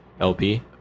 LP